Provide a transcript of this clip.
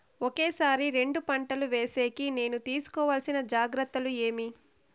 ఒకే సారి రెండు పంటలు వేసేకి నేను తీసుకోవాల్సిన జాగ్రత్తలు ఏమి?